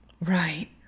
Right